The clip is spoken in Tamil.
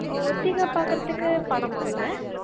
ஒத்திகை பார்க்குறதுக்கு பணமாங்க